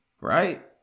right